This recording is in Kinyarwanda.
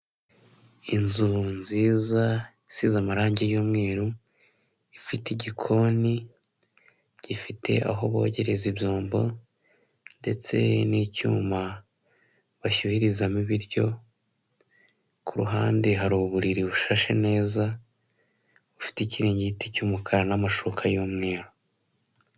Inzu nziza isize amarangi y'umweru, ifite igikoni gifite aho bogereza ibyombo, ndetse n'icyuma bashyuhirizamo ibiryo, kuruhande hari uburiri bushashe neza bufite ikiringiti cy'umukara n'amashuka y'umweru.